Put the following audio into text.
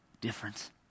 difference